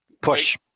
push